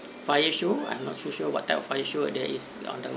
fire show I'm not so sure what type of fire show there is on the